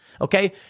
Okay